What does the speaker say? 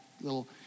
little